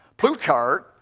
Plutarch